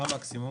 מה המקסימום?